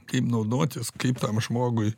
kaip naudotis kaip tam žmogui